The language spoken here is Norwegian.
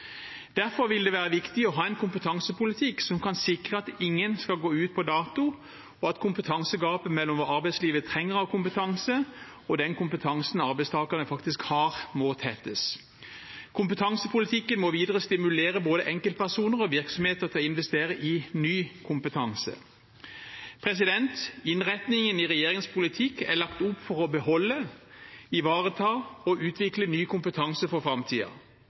Derfor vil det være viktig å ha en kompetansepolitikk som kan sikre at ingen skal gå ut på dato, og at kompetansegapet mellom hva arbeidslivet trenger av kompetanse, og den kompetansen arbeidstakerne faktisk har, må tettes. Kompetansepolitikken må videre stimulere både enkeltpersoner og virksomheter til å investere i ny kompetanse. Innretningen i regjeringens politikk er lagt opp for å beholde, ivareta og utvikle ny kompetanse for